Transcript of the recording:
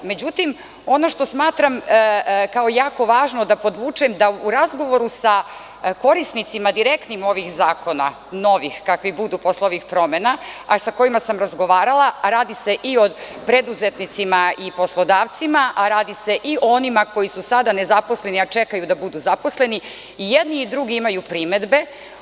Međutim, ono što smatram kao jako važno da podvučem, to je da u razgovoru sa direktnim korisnicima ovih novih zakona, kakvi budu posle ovih promena, a sa kojima sam razgovarala, a radi se i o preduzetnicima i poslodavcima, a i o onima koji su sada nezaposleni a čekaju da budu zaposleni, i jedni i drugi imaju primedbe.